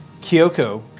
Kyoko